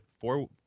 Four